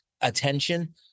attention